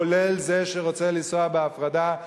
כולל זה שרוצה לנסוע בהפרדה,